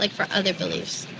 like for other beliefs.